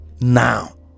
now